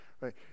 right